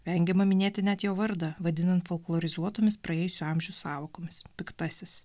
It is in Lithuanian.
vengiama minėti net jo vardą vadinant folklorizuotomis praėjusių amžių sąvokomis piktasis